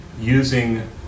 using